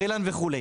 בר אילן וכו'.